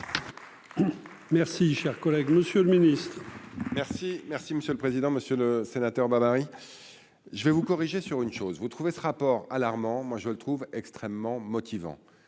Merci, cher collègue, Monsieur le Ministre, merci. Merci monsieur le président, Monsieur le Sénateur, barbarie, je vais vous corriger sur une chose : vous trouvez ce rapport alarmant, moi je le trouve extrêmement motivant,